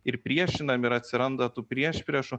ir priešiname ir atsiranda tų priešpriešų